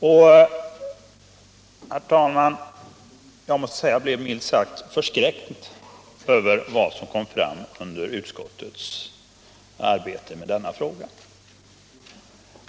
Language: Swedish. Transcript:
Och jag måste säga, herr talman, att jag blev rent förskräckt över vad som kom fram under utskottets arbete med denna fråga.